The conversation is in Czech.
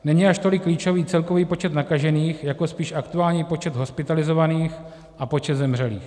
Není až tolik klíčový celkový počet nakažených, jako spíš aktuální počet hospitalizovaných a počet zemřelých.